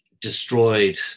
destroyed